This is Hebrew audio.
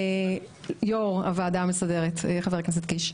יו"ר הוועדה המסדרת, חבר הכנסת קיש,